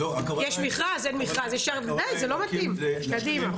יש מכרז, אין מרכז, די, זה לא מתאים, קדימה.